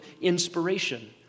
inspiration